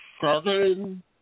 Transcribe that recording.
seven